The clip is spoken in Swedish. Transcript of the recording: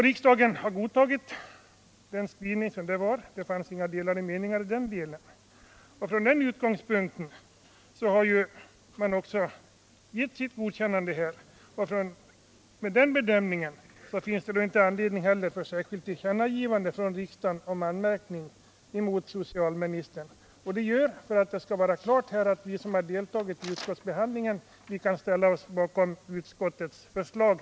Riksdagen har även godtagit denna skrivning — det rådde inga delade meningar i den delen — varför också riksdagen gett sitt godkännande. Med utgångspunkt i den bedömningen finns det inte någon anledning för riksdagen att nu göra något särskilt tillkännagivande om anmärkning mot socialministern. Detta gör — och det bör även står klart för alla — att vi som har deltagit i utskottsbehandlingen kan ställa oss bakom utskottets förslag.